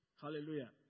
Hallelujah